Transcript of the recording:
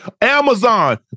Amazon